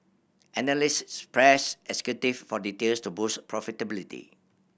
analysts pressed executive for details to boost profitability